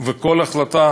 וכל החלטה